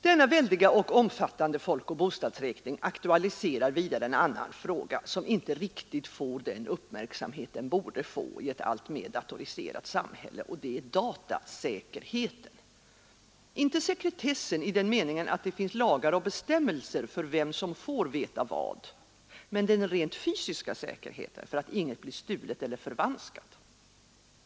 Denna väldigt omfattande folkoch bostadsräkning aktualiserar vidare en annan fråga, som inte får riktigt den uppmärksamhet den borde få i ett alltmer datoriserat samhälle, och det är datasäkerheten. Det gäller inte sekretessen i den meningen att det finns lagar och bestämmelser för vem som får veta vad, utan den rent fysiska säkerheten för att inget blir stulet eller förvanskat.